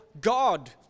God